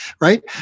right